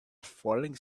falling